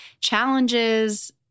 challenges